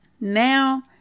Now